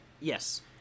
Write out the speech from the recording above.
Yes